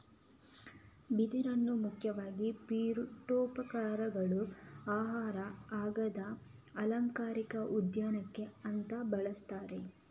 ಬಿದಿರನ್ನ ಮುಖ್ಯವಾಗಿ ಪೀಠೋಪಕರಣಗಳು, ಆಹಾರ, ಕಾಗದ, ಅಲಂಕಾರಿಕ ಉದ್ಯಾನಕ್ಕೆ ಅಂತ ಬಳಸ್ತಾರೆ